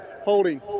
holding